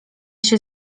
się